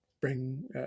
bring